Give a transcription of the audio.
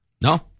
No